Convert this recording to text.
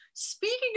speaking